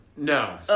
No